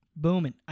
booming